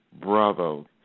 Bravo